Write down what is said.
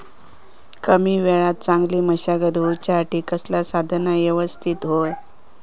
कमी वेळात चांगली मशागत होऊच्यासाठी कसला साधन यवस्तित होया?